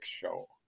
show